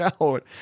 out